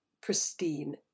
pristine